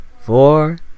four